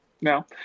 no